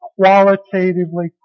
qualitatively